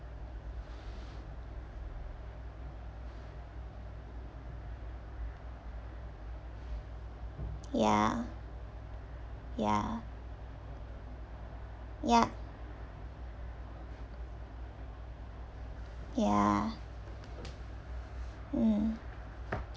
ya ya yup ya mm